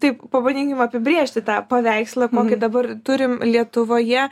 taip pavadinkim apibrėžti tą paveikslą kokį dabar turim lietuvoje